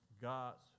God's